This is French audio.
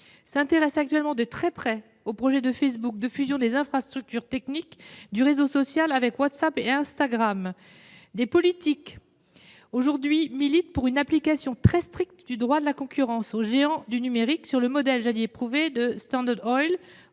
-s'intéresse actuellement de très près au projet de Facebook de fusion des infrastructures techniques du réseau social avec WhatsApp et Instagram. Des politiques militent aujourd'hui pour une application très stricte du droit de la concurrence aux géants du numérique, à l'instar de ce qui a été fait avec la Standard Oil